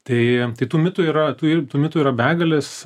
tai tai tū mitų yra tų ir tų mitų yra begalės